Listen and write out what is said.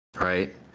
Right